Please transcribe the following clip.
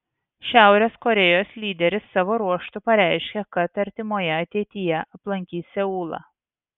šiaurės korėjos lyderis savo ruožtu pareiškė kad artimoje ateityje aplankys seulą